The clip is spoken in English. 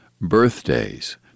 birthdays